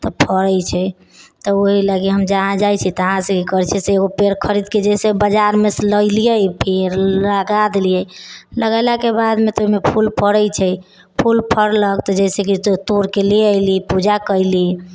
तऽ फड़ैत छै तऽ ओहि लागि हम जहाँ जाइत छियै तहाँ से ई करैत छियै से ओ पेड़ खरीदके जे हइ से बजारमे से लए लिऐ पेड़ लगा देलियै लगैलाके बादमे तऽ ओहिमे फूल फड़ैत छै फूल फड़लक तऽ जे हइ से कि त तोड़िके ले ऐलि पूजा कैली